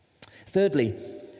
Thirdly